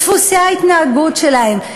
דפוסי ההתנהגות שלהם,